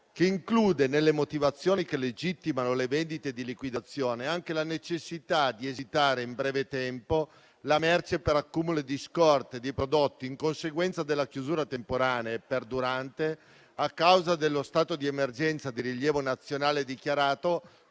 che include, nelle motivazioni che legittimano le vendite di liquidazione, anche la necessità di esitare in breve tempo la merce per accumulo di scorte e di prodotti in conseguenza della chiusura temporanea e perdurante a causa dello stato di emergenza di rilievo nazionale dichiarato